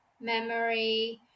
memory